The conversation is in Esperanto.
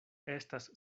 estas